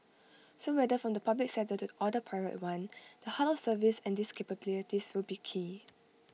so whether from the public sector or the private one the heart of service and these capabilities will be key